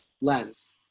lens